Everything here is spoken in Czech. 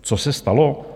Co se stalo?